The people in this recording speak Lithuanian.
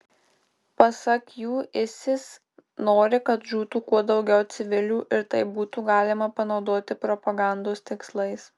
pasak jų isis nori kad žūtų kuo daugiau civilių ir tai būtų galima panaudoti propagandos tikslais